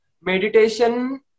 Meditation